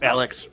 Alex